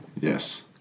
Yes